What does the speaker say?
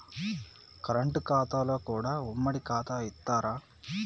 Current ఖాతాలో కూడా ఉమ్మడి ఖాతా ఇత్తరా?